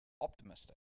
optimistic